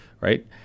right